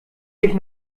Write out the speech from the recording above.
mich